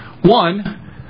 One